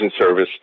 service